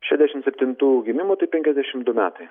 šešiasdešim septintų gimimo tai penkiasdešim du metai